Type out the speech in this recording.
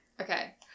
okay